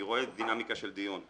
אני רואה דינמיקה של דיון,